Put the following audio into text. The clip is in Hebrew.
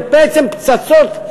זה בעצם פצצות,